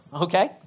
okay